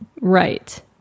right